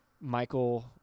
Michael –